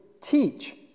teach